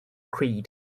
creed